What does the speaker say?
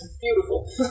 Beautiful